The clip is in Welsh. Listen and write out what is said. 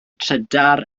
trydar